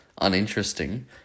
uninteresting